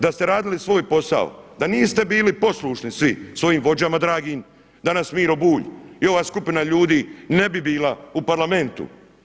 Da ste radili svoj posao, da niste bili poslušni svi svojim vođama dragim, danas Miro Bulj i ova skupina ljudi ne bi bila u Parlamentu.